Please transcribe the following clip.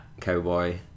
cowboy